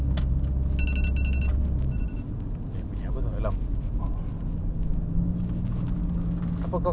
kalau orang City Gas lepas ini kita terus rush sana ah settle sana so kita pergi boon keng ambil kau punya T_V